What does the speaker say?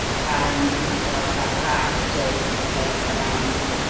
trying to see how black riot shapes, of course, the bounder!